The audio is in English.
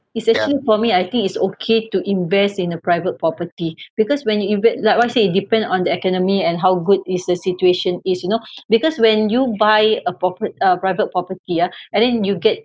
it's actually for me I think it's okay to invest in a private property because when you inve~ like what I say depend on the economy and how good is the situation is you know because when you buy a proper~ uh private property ah and then you get